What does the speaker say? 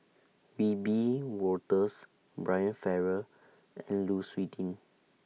Wiebe Wolters Brian Farrell and Lu Suitin